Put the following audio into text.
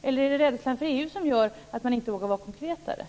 Eller är det rädslan för EU som gör att man inte vågar vara mera konkret?